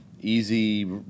easy